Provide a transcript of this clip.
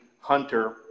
hunter